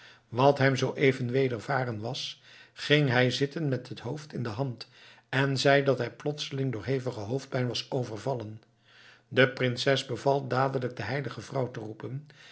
wat hem zooeven wedervaren was ging hij zitten met het hoofd in de hand en zei dat hij plotseling door hevige hoofdpijn was overvallen de prinses beval dadelijk de heilige vrouw te roepen